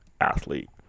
athlete